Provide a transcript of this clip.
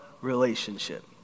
relationship